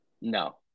No